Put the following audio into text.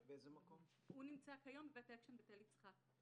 יש להם הגבלה של מספר תלמידים.